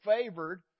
favored